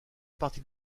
partie